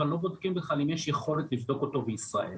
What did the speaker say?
אבל לא בודקים בכלל אם יש יכולת לבדוק אותו בישראל,